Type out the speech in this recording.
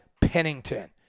Pennington